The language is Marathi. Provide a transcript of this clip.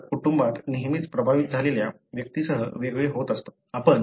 मार्कर कुटुंबात नेहमीच प्रभावित झालेल्या व्यक्तीसह वेगळे होत असतो